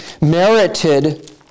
merited